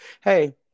hey